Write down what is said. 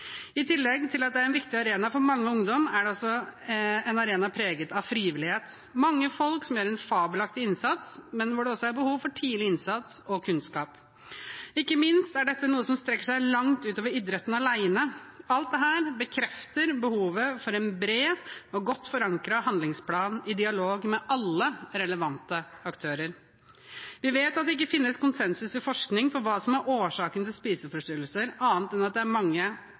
I tillegg til at det er en viktig arena for mange ungdommer, er det også en arena preget av frivillighet – med mange folk som gjør en fabelaktig innsats, men hvor det også er behov for tidlig innsats og kunnskap. Ikke minst er dette noe som strekker seg langt utover idretten alene. Alt dette bekrefter behovet for en bred og godt forankret handlingsplan i dialog med alle relevante aktører. Vi vet at det ikke finnes konsensus i forskning på hva som er årsaken til spiseforstyrrelser, annet enn at det er